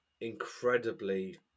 incredibly